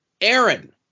Aaron